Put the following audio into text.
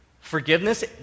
Forgiveness